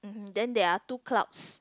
then there are two clouds